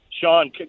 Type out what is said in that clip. Sean